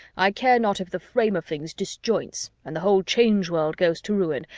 i care not if the frame of things disjoints and the whole change world goes to ruin,